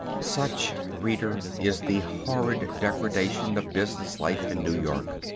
such, reader, is the horrid degradation of business life in new york.